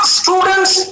students